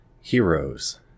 heroes